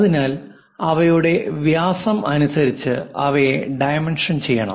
അതിനാൽ അവയുടെ വ്യാസം അനുസരിച്ച് അവയെ ഡൈമെൻഷൻ ചെയ്യണം